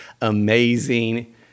amazing